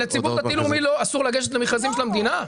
לציבור הדתי הלאומי אסור לגשת למכרזים של המדינה?